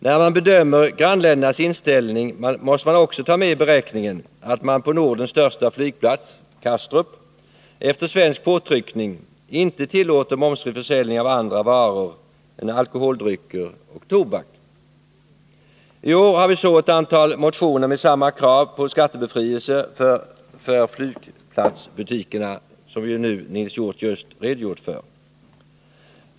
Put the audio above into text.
När man bedömer grannländernas inställning måste man också ta med i beräkningen att man på Nordens största flygplats — Kastrup — efter svensk påtryckning inte tillåter momsfri försäljning av andra varor än alkoholdrycker och tobak. I år har vi så ett antal motioner med samma krav på skattebefrielse för flygplatsbutikerna som Nils Hjorth just redogjort för.